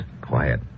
Quiet